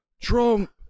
Trump